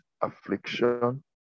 affliction